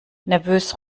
nervös